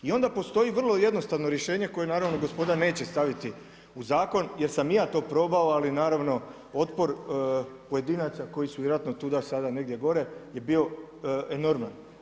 I onda postoji vrlo jednostavno rješenje, koja naravno gospoda neće staviti u zakon, jer sam i ja to probao, ali naravno, otpor pojedinaca koji su vjerojatno tuda sada negdje gore, je bio enorman.